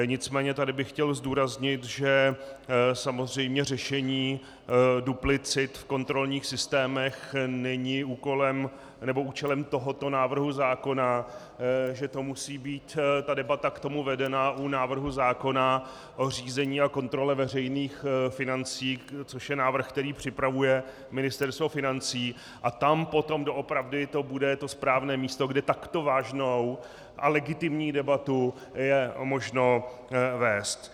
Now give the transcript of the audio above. Nicméně tady bych chtěl zdůraznit, že samozřejmě řešení duplicit v kontrolních systémech není účelem tohoto návrhu zákona, že musí být ta debata k tomu vedena u návrhu zákona o řízení a kontrole veřejných financí, což je návrh, který připravuje Ministerstvo financí, a to potom doopravdy to bude to správné místo, kde takto vážnou a legitimní debatu je možno vést.